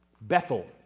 Bethel